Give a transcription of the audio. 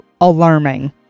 Alarming